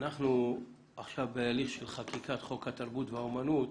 אנחנו עכשיו בהליך של חקיקת חוק התרבות והאומנות.